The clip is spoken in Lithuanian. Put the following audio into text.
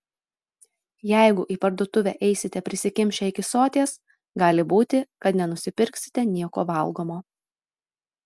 jeigu į parduotuvę eisite prisikimšę iki soties gali būti kad nenusipirksite nieko valgomo